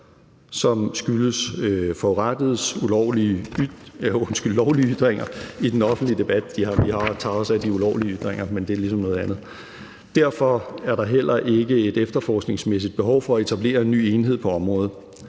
som skyldes forurettedes lovlige ytringer i den offentlige debat. Vi tager os også af de ulovlige ytringer, men det er ligesom noget andet. Derfor er der heller ikke et efterforskningsmæssigt behov for at etablere en ny enhed på området.